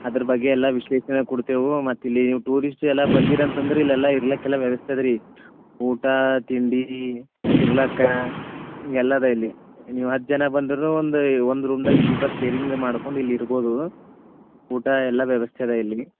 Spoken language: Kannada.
ಅದ್ರ ಬಗ್ಗೆ ಎಲ್ಲ ವಿಶ್ಲೇಷಣೆ ಕೊಡ್ತೇವೆ ಮತ್ತಿಲ್ಲಿ ಟೂರಿಸ್ಟ್ ಎಲ್ಲ ಬಂದೀರಿ ಅಂತಂದರೆ ಇಲ್ಲೆಲ್ಲ ಇರಕ್ಕೆಲ್ಲ ವ್ಯವಸ್ಥೆ ಅದ ರೀ ಊಟ ತಿಂಡಿ ಇರ್ಲಾಕ ಎಲ್ಲ ಅದ ಇಲ್ಲಿ ನೀವು ಹತ್ತು ಜನ ಬಂದ್ರೂ ಒಂದು ಒಂದು ರೂಮ್ದಾಗ ಇಬ್ರ್ ಇಬ್ರು ಶೇರಿಂಗ್ ಮಾಡ್ಕೊಂಡು ಇಲ್ಲಿ ಇರ್ಬೋದು ಊಟ ಎಲ್ಲ ವ್ಯವಸ್ಥೆ ಅದ ಇಲ್ಲಿ